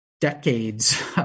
decades